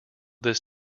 this